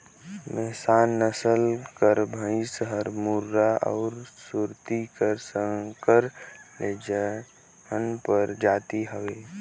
मेहसाना नसल कर भंइस हर मुर्रा अउ सुरती का संकर ले जनमल परजाति हवे